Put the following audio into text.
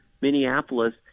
Minneapolis